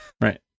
Right